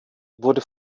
wurde